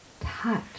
touch